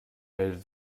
meldete